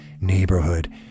neighborhood